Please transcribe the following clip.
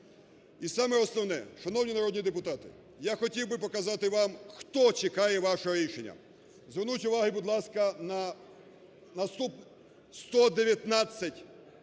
І саме основне. Шановні народні депутати, я хотів би показати вам , хто чекає ваше рішення. Зверніть увагу, будь ласка, на наступне: 119